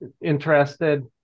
interested